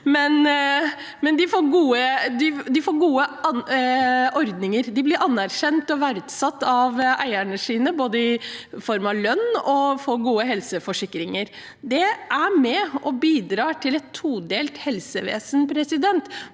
de får gode ordninger. De blir anerkjent og verdsatt av eierne sine, i form av både lønn og å få gode helseforsikringer. Det er med på å bidra til et todelt helsevesen, når